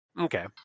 Okay